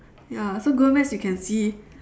ya so google maps you can see